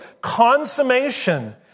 consummation